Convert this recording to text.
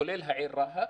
כולל העיר רהט,